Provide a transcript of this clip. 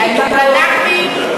בדקתי.